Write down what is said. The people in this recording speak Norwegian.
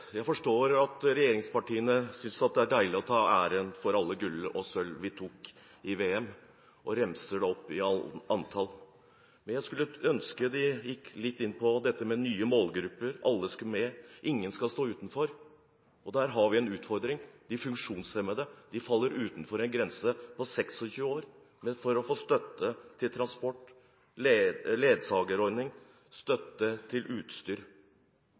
sølv vi tok i VM og ramser det opp i antall. Jeg skulle ønske de gikk litt inn på nye målgrupper, at alle skal med, ingen skal stå utenfor. Der har vi en utfordring. De funksjonshemmede faller utenfor en aldersgrense på 26 år for å få støtte til transport,